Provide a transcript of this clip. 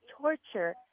torture